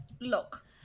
look